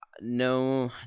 No